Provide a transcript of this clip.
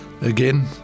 Again